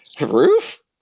Roof